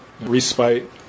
respite